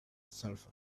sulfur